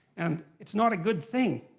and it's not a good thing,